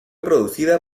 producida